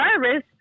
service